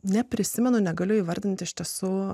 neprisimenu negaliu įvardinti iš tiesų